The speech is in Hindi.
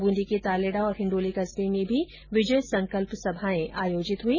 ब्रंदी के तालेडा और हिंडोली कस्बे मे भी विजय संकल्प सभा आयोजित हुई